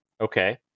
Okay